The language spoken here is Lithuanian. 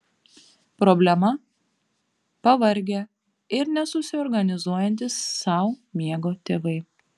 problema pavargę ir nesusiorganizuojantys sau miego tėvai